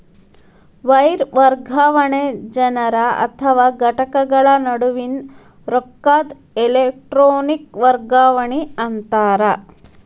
wire ವರ್ಗಾವಣೆ ಜನರ ಅಥವಾ ಘಟಕಗಳ ನಡುವಿನ್ ರೊಕ್ಕದ್ ಎಲೆಟ್ರೋನಿಕ್ ವರ್ಗಾವಣಿ ಅಂತಾರ